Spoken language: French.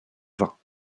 vins